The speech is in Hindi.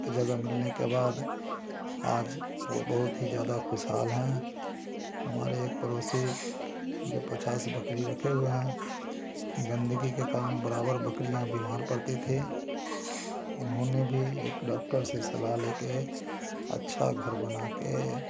जगह मिल के बाद आज वे बहुत ही ज़्यादा खुशहाल हैं हमारे एक पड़ोसी जो पचास बकरी रखे हुए हैं गंदगी के कारण बराबर बकरियाँ बीमार पड़ती थीं उन्होंने भी एक डाक्टर से सलाह ले कर अच्छा घर बना कर